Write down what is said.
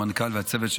המנכ"ל והצוות,